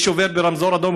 מי שעובר ברמזור אדום,